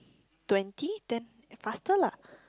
twenty then faster lah